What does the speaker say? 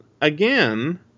again